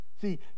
See